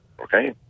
Okay